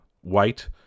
white